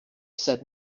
said